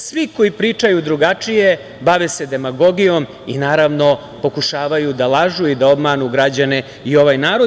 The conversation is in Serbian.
Svi koji pričaju drugačije bave se demagogijom i, naravno, pokušavaju da lažu i da obmanu građane i ovaj narod.